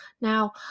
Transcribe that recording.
Now